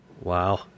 Wow